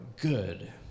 good